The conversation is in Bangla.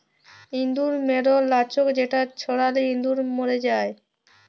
ইঁদুর ম্যরর লাচ্ক যেটা ছড়ালে ইঁদুর ম্যর যায়